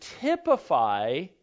typify